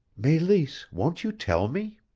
meleese, won't you tell me?